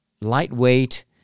lightweight